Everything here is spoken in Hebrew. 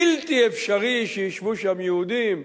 בלתי אפשרי שישבו שם יהודים?